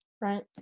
Right